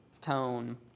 tone